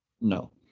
No